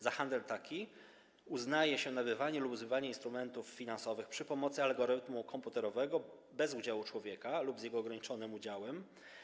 Za handel taki uznaje się nabywanie lub zbywanie instrumentów finansowych przy pomocy algorytmu komputerowego bez udziału człowieka lub z jego ograniczonym udziałem.